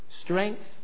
Strength